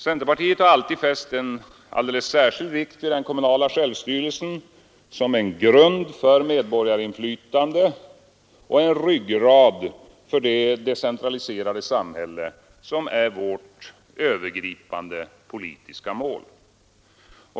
Centerpartiet har alltid fäst en alldeles särskild vikt vid den kommunala självstyrelsen som en grund för medborgarinflytande och en ryggrad för det decentraliserade samhälle som är vårt övergripande politiska mål.